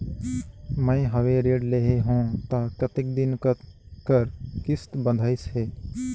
मैं हवे ऋण लेहे हों त कतेक दिन कर किस्त बंधाइस हे?